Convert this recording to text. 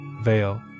veil